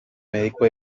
médico